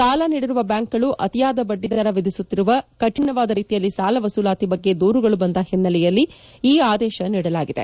ಸಾಲ ನೀಡಿರುವ ಬ್ಯಾಂಕುಗಳು ಅತಿಯಾದ ಬಡ್ಡಿದರ ವಿಧಿಸುತ್ತಿರುವ ಕಠಿಣವಾದ ರೀತಿಯಲ್ಲಿ ಸಾಲ ವಸೂಲಾತಿ ಬಗ್ಗೆ ದೂರುಗಳು ಬಂದ ಹಿನ್ನೆ ಲೆಯಲ್ಲಿ ಈ ಆದೇಶ ನೀಡಲಾಗಿದೆ